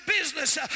business